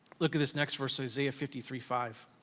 look at this next verse, isaiah fifty three five.